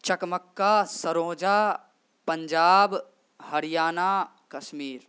چکمکہ سرونجہ پنجاب ہریانہ کشمیر